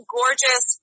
gorgeous